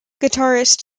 guitarist